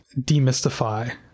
demystify